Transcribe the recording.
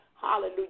Hallelujah